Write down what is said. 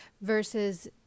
versus